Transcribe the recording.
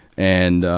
and,